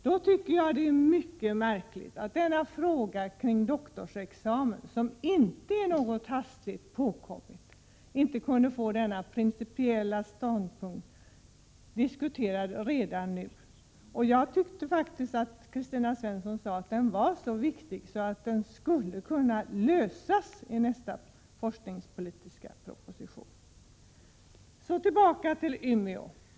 Därför är det mycket märkligt att ett principiellt ställningstagande i frågan om doktorsexamen, som inte är hastigt påkommen, inte görs redan nu. Jag tyckte faktiskt att Kristina Svensson sade att frågan var så viktig att ett förslag till lösning skulle kunna framläggas i nästa forskningspolitiska proposition. Så tillbaka till Umeå!